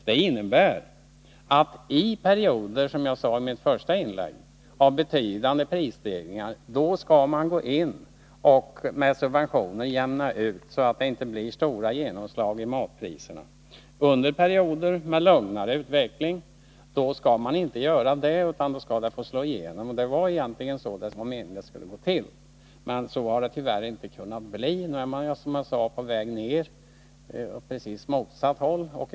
Den innebär att i perioder av—- som jag sade i mitt första inlägg — betydande prisstegringar skall man gå in med subventioner och jämna ut så att det inte blir stora genomslag i matpriserna. Under perioder med lugnare utveckling skall man inte göra det utan låta prisändringarna slå igenom. Det var så det var meningen att det skulle gå till, men så har det tyvärr inte kunnat bli. Nu är subventionerna, som sagt, på väg åt precis motsatt håll — neråt.